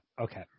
Okay